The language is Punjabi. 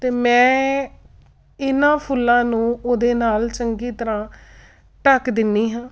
ਅਤੇ ਮੈਂ ਇਹਨਾਂ ਫੁੱਲਾਂ ਨੂੰ ਉਹਦੇ ਨਾਲ ਚੰਗੀ ਤਰ੍ਹਾਂ ਢਕ ਦਿੰਦੀ ਹਾਂ